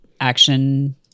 action